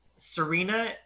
Serena